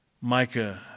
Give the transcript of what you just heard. Micah